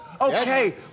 Okay